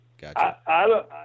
Gotcha